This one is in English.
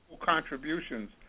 contributions